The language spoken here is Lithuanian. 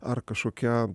ar kažkokie